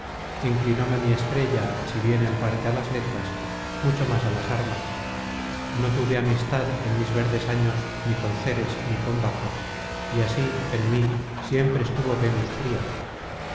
inclinóme mi estrella si bien en parte a las letras mucho más á las armas no tuve amistad en mis verdes años ni con céres ni con baco y así en content from google book search generated at mí siempre estuvo vénus fria